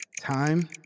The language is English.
Time